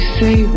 say